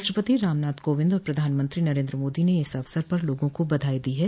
राष्ट्रपति रामनाथ कोविंद और प्रधानमंत्री नरेन्द्र मोदी ने इस अवसर पर लोगों को बधाई दी है